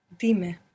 Dime